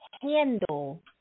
handle